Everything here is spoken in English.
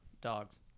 Dogs